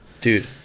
Dude